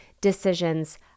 decisions